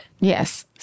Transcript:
Yes